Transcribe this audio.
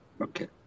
Okay